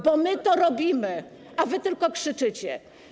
Bo my to robimy, a wy tylko krzyczycie.